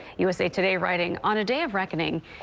usa today writing, on a day of reckoning,